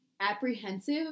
apprehensive